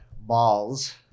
balls